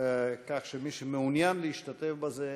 כך שמי שמעונין להשתתף בזה,